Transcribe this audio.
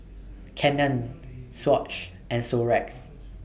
Canon Swatch and Xorex